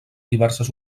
diverses